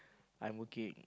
I'm working